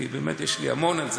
כי באמת יש לי המון על זה.